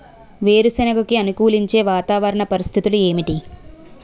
వేరుసెనగ కి అనుకూలించే వాతావరణ పరిస్థితులు ఏమిటి?